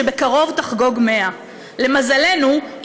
שבקרוב תחגוג 100. למזלנו,